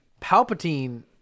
palpatine